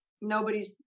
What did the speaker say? nobody's